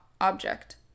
object